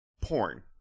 porn